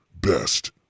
Best